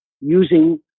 using